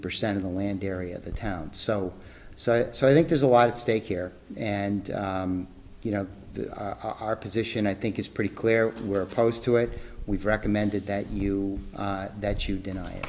percent of the land area of the town so so so i think there's a lot at stake here and you know our position i think is pretty clear we're opposed to it we've recommended that you that you deny it